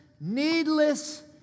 needless